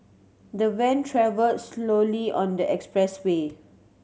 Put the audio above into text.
the van travelled slowly on the expressway